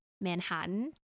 Manhattan